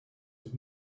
have